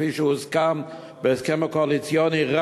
כפי שהוסכם בהסכם הקואליציוני,